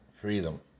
freedom